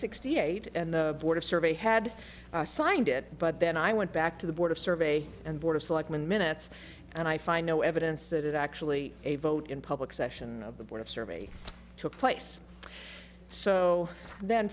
sixty eight and the border survey had signed it but then i went back to the board of survey and board of selectmen minutes and i find no evidence that it actually a vote in public session of the board of survey took place so then